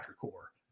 core